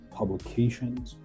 publications